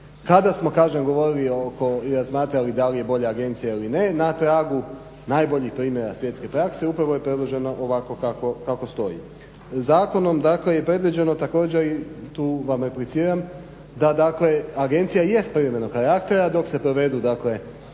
Kada smo kažem govorili oko i razmatrali da li je bolja agencija ili ne, na tragu najboljih primjera svjetske prakse upravo je predloženo ovako kao stoji. Zakonom je dakle predviđeno također i tu vam repliciram da agencija jest privremenog karaktera dok se provedu